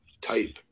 type